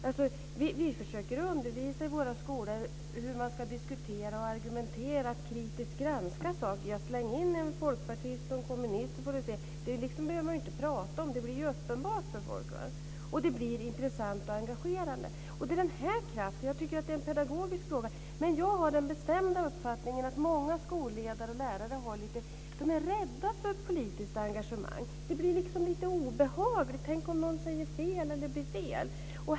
Vi försöker undervisa i våra skolor i hur man ska diskutera och argumentera och hur man ska kritiskt granska saker. Släng in en folkpartist och en kommunist så får ni se! Det behöver man inte prata om. Det blir uppenbart för folk, och det blir intressant och engagerande. Det är denna kraft jag menar. Jag tycker att det är en pedagogisk fråga. Jag har den bestämda uppfattningen att många skolledare och lärare är rädda för politiskt engagemang. Det blir lite obehagligt. Tänk om någon säger fel eller det blir fel.